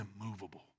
immovable